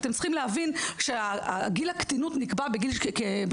אתם צריכים להבין שגיל הקטינות נקבע בחוק